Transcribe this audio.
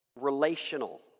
relational